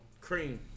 Cream